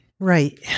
Right